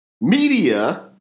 Media